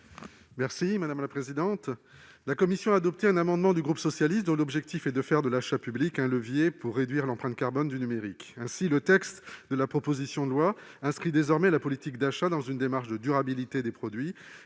est à M. Hervé Gillé. La commission a adopté un amendement du groupe Socialiste, Écologiste et Républicain dont l'objectif est de faire de l'achat public un levier pour réduire l'empreinte carbone du numérique. Ainsi, le texte de la proposition de loi inscrit désormais la politique d'achat dans une démarche de durabilité des produits